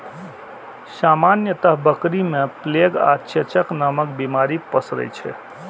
सामान्यतः बकरी मे प्लेग आ चेचक नामक बीमारी पसरै छै